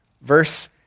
Verse